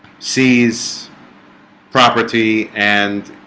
seize property and